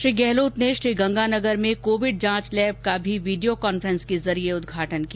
श्री गहलोत ने श्रीगंगानगर में कोविड जांच लैब का भी वीडियो कांफेस के जरिए उद्घाटन किया